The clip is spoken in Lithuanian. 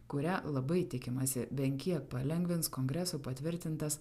kurią labai tikimasi bent kiek palengvins kongreso patvirtintas